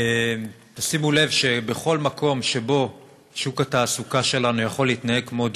שימו לב שבכל מקום שבו שוק התעסוקה שלנו יכול להתנהג כמו ג'ונגל,